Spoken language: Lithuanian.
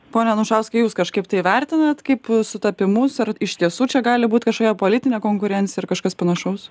pone anušauskai jūs kažkaip tai vertinat kaip sutapimus ar iš tiesų čia gali būti kažkokia politinė konkurencija ar kažkas panašaus